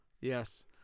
Yes